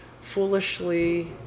foolishly